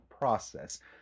process